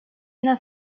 una